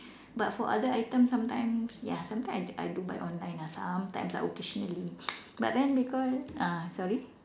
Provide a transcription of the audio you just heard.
but for other item sometimes ya sometimes I I do buy online lah sometimes ah occasionally but then because uh sorry